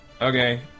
Okay